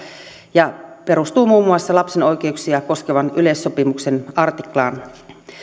ja se perustuu muun muassa lapsen oikeuksia koskevan yleissopimuksen artiklaan